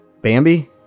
Bambi